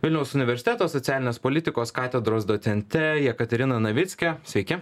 vilniaus universiteto socialinės politikos katedros docente jekaterina navicke sveiki